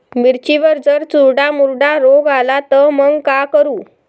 मिर्चीवर जर चुर्डा मुर्डा रोग आला त मंग का करू?